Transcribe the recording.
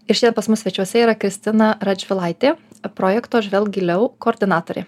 ir šian pas mus svečiuose yra kristina radžvilaitė projekto žvelk giliau koordinatorė